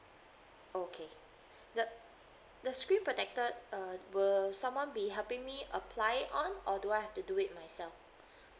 okay the the screen protector uh will someone be helping me apply on or do I have to do it myself